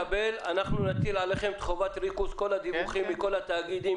אנחנו נטיל עליכם את חובת הריכוז של כל הדיווחים מכל התאגידים,